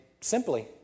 simply